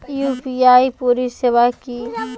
UPI পরিসেবা কি?